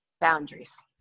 Boundaries